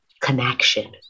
connection